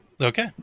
Okay